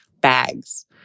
bags